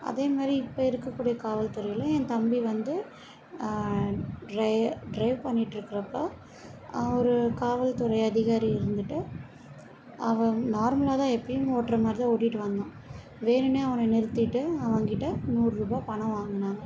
அதே மாரி இப்போ இருக்கக்கூடிய காவல்துறையில் ஏன் தம்பி வந்து ட்ர ட்ரைவ் பண்ணிட்ருக்கப்போ ஒரு காவல்துறை அதிகாரி வந்துவிட்டு அவன் நார்மலாக தான் எப்பையும் ஓட்றமாதிரி தான் ஓட்டிகிட்டி வந்தான் வேணுன்னே அவனை நிறுத்திவிட்டு அவன்கிட்ட நூறுரூவா பணம் வாங்குனாங்க